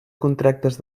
contractes